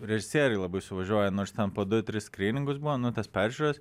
režisieriai labai suvažiuoja nors ten po du tris skryningus buvo nu tas peržiūras